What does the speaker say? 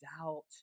doubt